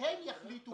הם יחליטו